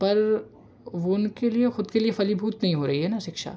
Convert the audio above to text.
पर वो उनके लिए खुद के लिए फलीभूत नहीं हो रही है न शिक्षा